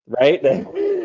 right